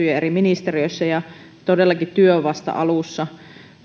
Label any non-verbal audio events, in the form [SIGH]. [UNINTELLIGIBLE] ja eri ministeriöissä nyt tehty todellakin työ on vasta alussa